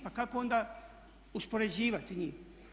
Pa kako onda uspoređivati njih?